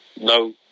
no